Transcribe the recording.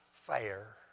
fair